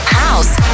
house